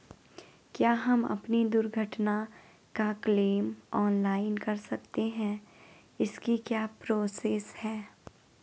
क्या हम अपनी दुर्घटना का क्लेम ऑनलाइन कर सकते हैं इसकी क्या प्रोसेस है?